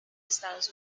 estados